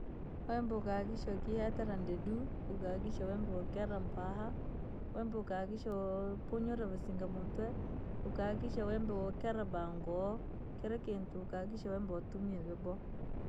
Wembe ukahakikishe ukaihetera ndeduu, ukahakikishe kukeraa mpaa, wembe ukahakikishe uu- ukapunyuura vasinga muntwe, ukahakikishe wembe uokera banguo, kila kintu ukahakikisha wembe watumia vyaboha.